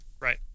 Right